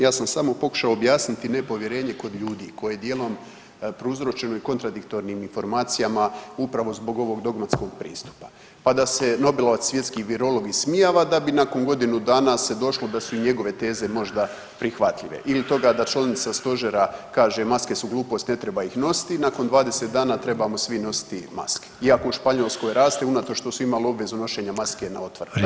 Ja sam samo pokušao objasniti nepovjerenje kod ljudi koje je dijelom prouzročeno i kontradiktornim informacijama upravo zbog ovog dogmatskog pristupa, pa da se nobelovac svjetski virolog ismijava da bi nakon godinu dana se došlo da su i njegove teze možda prihvatljive ili toga da članica stožera kaže maske su glupost ne treba ih nositi, nakon 20 dana trebamo svi nositi maske iako u Španjolskoj raste unatoč što su imali obvezu nošenja maske na otvorenom.